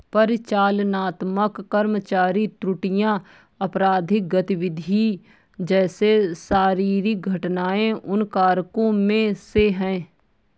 परिचालनात्मक कर्मचारी त्रुटियां, आपराधिक गतिविधि जैसे शारीरिक घटनाएं उन कारकों में से है